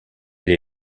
elle